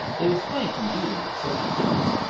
they refrained from dealing with social issues.